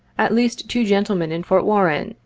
at least two gentlemen in fort warren,